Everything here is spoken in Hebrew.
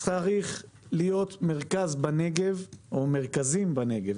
צריך להיות מרכז בנגב או מרכזים בנגב,